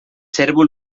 cérvol